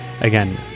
again